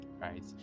right